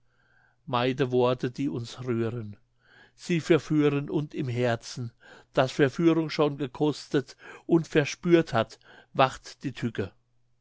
meide worte die uns rühren sie verführen und im herzen das verführung schon gekostet und verspürt hat wacht die tücke